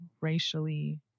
racially